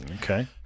Okay